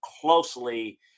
closely